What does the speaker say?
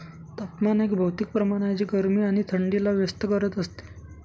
तापमान एक भौतिक प्रमाण आहे जे गरमी आणि थंडी ला व्यक्त करत असते